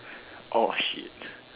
oh shit